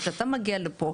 כשאתה מגיע לפה,